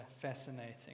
fascinating